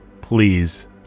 please